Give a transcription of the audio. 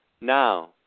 now